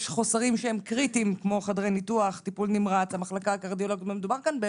וכמו שנאמר פה, עוד לא דיברנו על